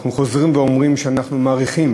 אנחנו חוזרים ואומרים שאנחנו מעריכים